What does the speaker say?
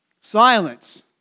Silence